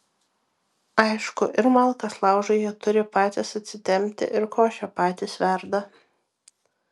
aišku ir malkas laužui jie turi patys atsitempti ir košę patys verda